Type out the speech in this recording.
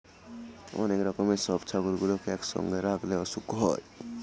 অনেক রকমের সব ছাগলগুলোকে একসঙ্গে রাখলে অসুখ হয়